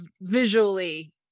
visually